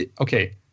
Okay